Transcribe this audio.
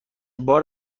بار